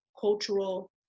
cultural